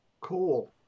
Cool